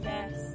Yes